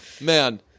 man